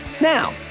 Now